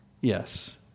Yes